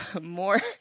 More